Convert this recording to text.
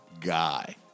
guy